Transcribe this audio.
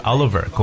Oliver